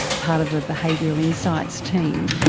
part of a behavioural insights team.